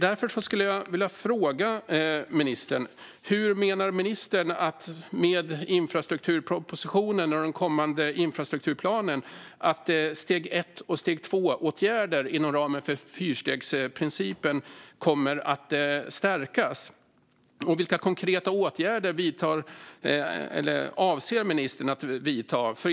Därför skulle jag vilja fråga ministern: Hur menar ministern att steg ett-åtgärder och steg två-åtgärder, inom ramen för fyrstegsprincipen, kommer att stärkas med infrastrukturpropositionen och den kommande infrastrukturplanen? Och vilka konkreta åtgärder avser ministern att vidta?